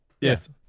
Yes